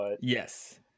Yes